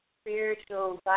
spiritual